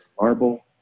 marble